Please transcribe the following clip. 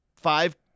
five